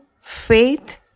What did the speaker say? faith